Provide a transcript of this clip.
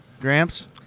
Gramps